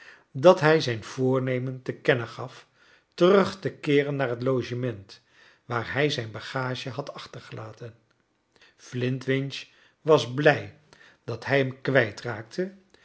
dat hij zijn voornemen te kennen gaf terug te keeren naar het logement waar hij zijn bagage had achtergelaten flintwinch was blij dat hij hem